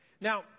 Now